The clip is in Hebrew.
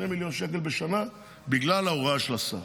מיליון שקל בשנה בגלל ההוראה של השר.